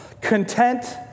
Content